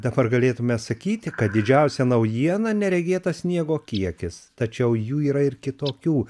dabar galėtume sakyti kad didžiausia naujiena neregėtas sniego kiekis tačiau jų yra ir kitokių